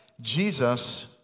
Jesus